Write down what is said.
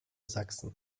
sachsen